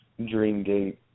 Dreamgate